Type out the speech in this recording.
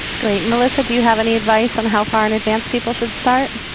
great, melissa do you have any advice on how far in advance people should start?